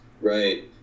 right